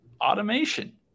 Automation